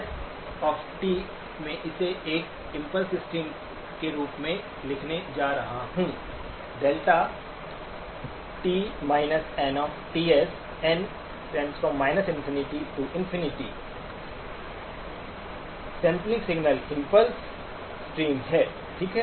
S T s मैं इसे एक इम्पल्स स्ट्रीम के रूप में लिखने जा रहा हूं S T s sampling signal impulse stream है ठीक है